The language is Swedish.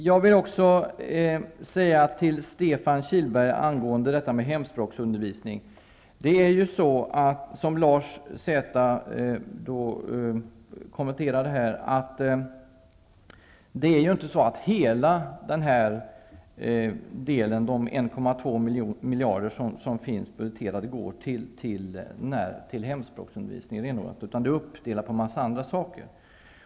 Jag vill också säga till Stefan Kihlberg angående hemspråksundervisningen, vilket Larz Johansson har kommenterat, att inte hela den summa på 1,2 miljarder som har budgeterats renodlat skall gå till hemspråksundervisningen, utan den är uppdelad på en massa saker.